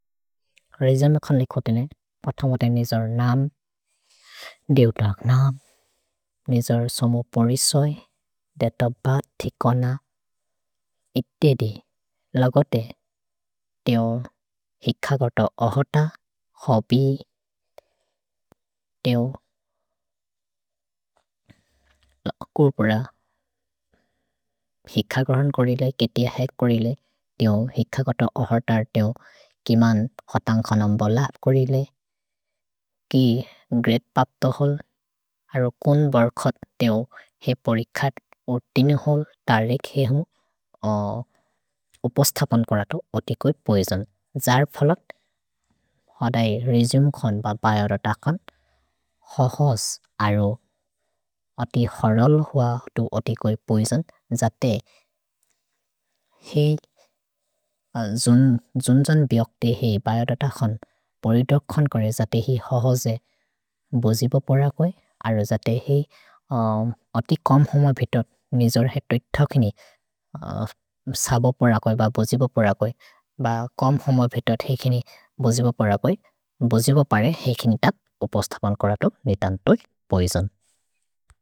रेजमेखन् लिखोतेने, पतमते निजोर् नाम्, देउतक् नाम्, निजोर् सोमो पोरिसोइ, देत बात् थिकोन, इत्ते दि लगोते तेओ हिकगत अहोत, होबि, तेओ लकुर् पुर। हिकगहन् कोरि ले, केतिअहेक् कोरि ले, तेओ हिकगत अहोतार् तेओ किमन् हतन् खनम् बलप् कोरि ले, कि ग्रेत्पप्तहोल्, अरो कोन् बर्खत् तेओ हे परिखत् ओर् तिनेहोल्, तरेक् हेउ उपस्थपन् कोरतो अतिकोइ पोइजोन्। जर् फलत्, होदय् रेजमेखन् ब बिओदतखन्, होहोस् अरो अति हरोल् हुअ अतिकोइ पोइजोन्, जते हेइ जुन्जन् बिओक्ते हेइ बिओदतखन् परिदोक्खन् कोरे जते हेइ होहोजे बोजिबो पुर कोइ, अरो जते हेइ अतिक् कम् होमो बितोत् निजोर् हेतोइ थोकिनि सबो पुर कोइ ब बोजिबो पुर कोइ, ब कम् होमो बितोत् हेइकिनि बोजिबो पुर कोइ, बोजिबो परे हेइकिनि तक् उपस्थपन् कोरतो नेतन्तोइ पोइजोन्।